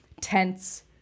tense